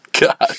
God